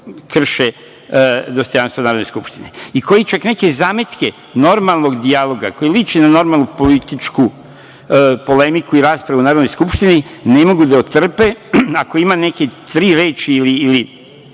krše dostojanstvo Narodne skupštine i koji čak neke zametke normalnog dijaloga, koji liči na normalnu političku polemiku i raspravu u Narodnoj skupštinim ne mogu da otrpe, ako ima nekih tri reči ili